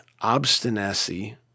obstinacy